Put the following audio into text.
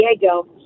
diego